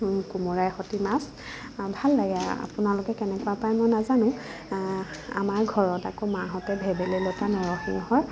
কোমোৰাই সৈতে মাছ ভাল লাগে আপোনালোকে কেনেকুৱা পায় মই নাজানো আমাৰ ঘৰত আকৌ মাহঁতে ভেবেলী লতা নৰসিংহ